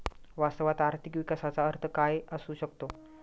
वास्तवात आर्थिक विकासाचा अर्थ काय असू शकतो?